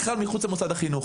בכלל מחוץ למוסד החינוך.